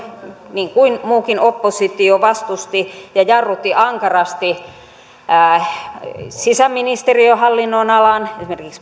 niin kuin muukin oppositio vastusti ja jarrutti ankarasti esimerkiksi sisäministeriön hallinnonalan